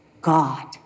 God